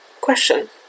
Question